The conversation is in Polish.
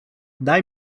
daj